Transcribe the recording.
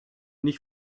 nicht